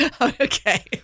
Okay